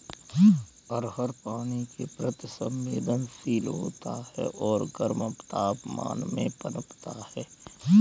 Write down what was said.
अरहर पानी के प्रति संवेदनशील होता है और गर्म तापमान में पनपता है